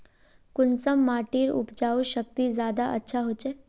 कुंसम माटिर उपजाऊ शक्ति ज्यादा अच्छा होचए?